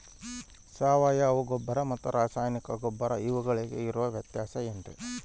ಸಾವಯವ ಗೊಬ್ಬರ ಮತ್ತು ರಾಸಾಯನಿಕ ಗೊಬ್ಬರ ಇವುಗಳಿಗೆ ಇರುವ ವ್ಯತ್ಯಾಸ ಏನ್ರಿ?